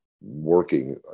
working